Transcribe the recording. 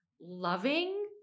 loving